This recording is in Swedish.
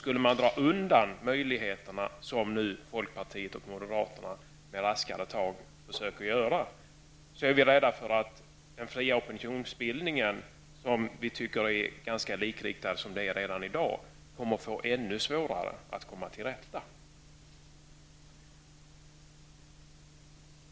Skulle man dra undan möjligheterna, som folkpartiet och moderaterna nu med raska tag försöker göra, är vi rädda för att den fria opinionsbildningen det ännu kommer att få svårare än i dag.